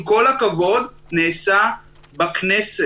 אם קו הבניין יהיה כזה או כזה,